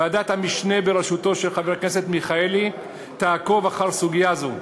ועדת המשנה בראשות חבר הכנסת מיכאלי תעקוב אחר סוגיה זו.